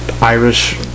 Irish